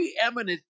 preeminent